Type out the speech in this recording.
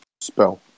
spell